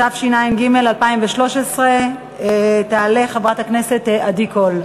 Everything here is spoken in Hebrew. התשע"ג 2013 תעלה חברת הכנסת עדי קול.